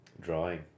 Drawing